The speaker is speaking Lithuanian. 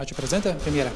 ačiū prezidente premjere